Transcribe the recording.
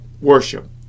worship